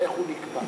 איך הוא נקבע.